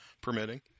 permitting